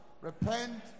repent